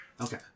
Okay